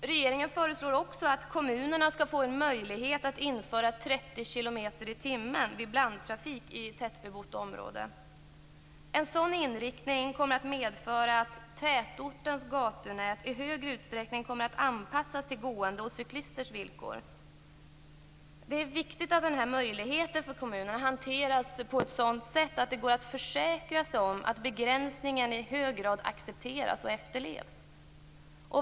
Regeringen föreslår också att kommunerna skall få en möjlighet att införa en hastighetsbegränsning på 30 km/tim vid blandtrafik i tätbebott område. En sådan inriktning kommer att medföra att tätortens gatunät i större utsträckning anpassas till gåendes och cyklisters villkor. Det är viktigt att denna möjlighet för kommunerna hanteras på ett sådant sätt att de går att försäkra sig om att begränsningen accepteras och efterlevs.